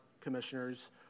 commissioners